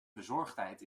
bezorgtijd